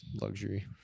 luxury